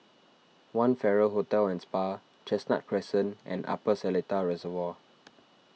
one Farrer Hotel and Spa Chestnut Crescent and Upper Seletar Reservoir